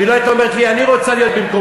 והיא לא הייתה אומרת לי: אני רוצה להיות במקומך.